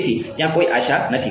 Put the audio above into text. તેથી ત્યાં કોઈ આશા નથી